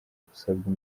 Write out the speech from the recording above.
gusabwa